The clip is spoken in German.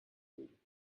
bilden